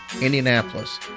Indianapolis